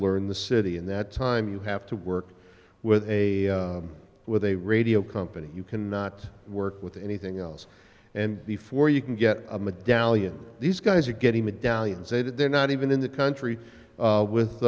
learn the city in that time you have to work with a with a radio company you cannot work with anything else and before you can get a medallion these guys are getting medallion say that they're not even in the country